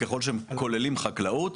ככל שהם כוללים חקלאות,